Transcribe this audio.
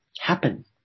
happen